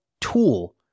tool